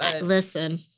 Listen